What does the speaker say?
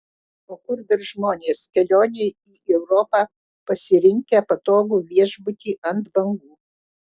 o kur dar žmonės kelionei į europą pasirinkę patogų viešbutį ant bangų